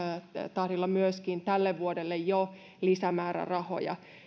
tahdilla myöskin jo tälle vuodelle lisämäärärahoja